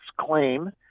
claim